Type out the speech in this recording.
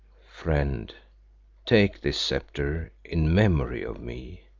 friend take this sceptre in memory of me,